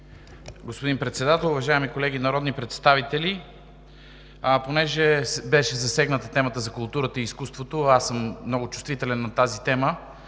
господин Председател, уважаеми колеги народни представители! Беше засегната темата за културата и изкуството, а аз съм много чувствителен на тази тема.